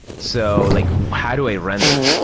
so like how do i render?